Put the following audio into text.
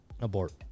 abort